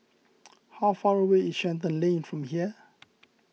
how far away is Shenton Lane from here